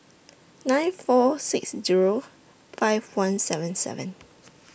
nine four six Zero five one seven seven